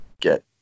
get